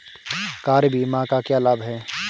Car बीमा का क्या लाभ है?